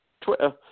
Twitter